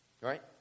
Right